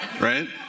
right